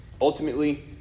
Ultimately